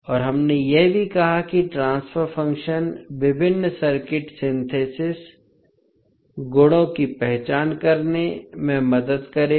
और हमने यह भी कहा कि ट्रांसफर फ़ंक्शन विभिन्न सर्किट सिंथेस गुणों की पहचान करने में मदद करेगा